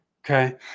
Okay